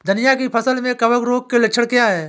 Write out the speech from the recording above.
धनिया की फसल में कवक रोग के लक्षण क्या है?